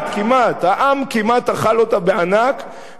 העם כמעט אכל אותה בענק והקשיב לכם